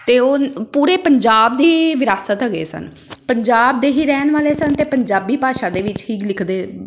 ਅਤੇ ਉਹ ਪੂਰੇ ਪੰਜਾਬ ਦੀ ਵਿਰਾਸਤ ਹੈਗੇ ਸਨ ਪੰਜਾਬ ਦੇ ਹੀ ਰਹਿਣ ਵਾਲੇ ਸਨ ਅਤੇ ਪੰਜਾਬੀ ਭਾਸ਼ਾ ਦੇ ਵਿੱਚ ਹੀ ਲਿਖਦੇ